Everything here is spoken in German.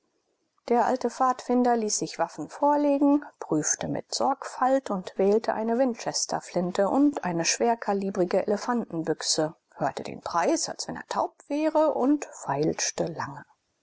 der alte pfadfinder ließ sich waffen vorlegen prüfte mit sorgfalt und wählte eine winchesterflinte und eine schwerkalibrige elefantenbüchse hörte den preis als wenn er taub wäre und feilschte lange